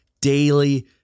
daily